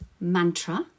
mantra